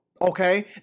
Okay